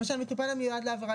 למשל מטופל המיועד להעברה,